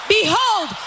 Behold